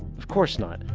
of course not,